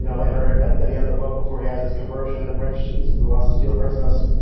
yeah later, at the at the end of the book, before he has his conversion, the grinch wants to steal christmas.